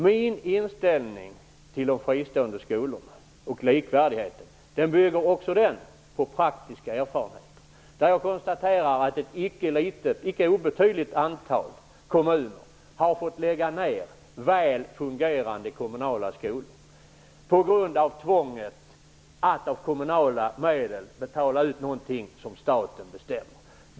Min inställning till de fristående skolorna och frågan om likvärdighet bygger också den på praktiska erfarenheter. Jag konstaterar att ett icke obetydligt antal kommuner har fått lägga ned väl fungerande kommunala skolor på grund av tvånget att av kommunala medel betala ut något som staten bestämmer.